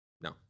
No